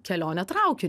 kelionę traukiniu